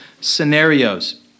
scenarios